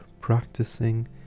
practicing